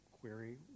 query